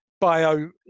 Bio